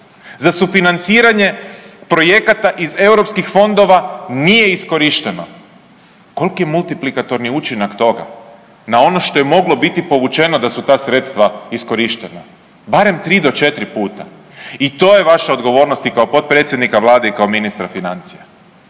za sufinanciranje projekata iz europskih fondova nije iskorišteno. Koliki je multiplikatorni učinak toga na ono što je moglo biti povučeno da su ta sredstva iskorištena, barem 3 do 4 puta. I to je vaša odgovornost i kao potpredsjednika vlade i kao ministra financija.